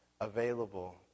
available